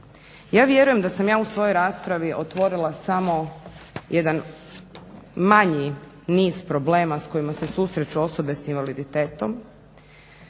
Ja vjerujem da sam ja u svojoj raspravi otvorila samo jedan manji niz problema s kojima se susreću osobe s invaliditetom,